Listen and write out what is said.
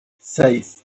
seis